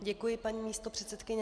Děkuji, paní místopředsedkyně.